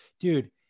dude